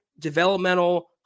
developmental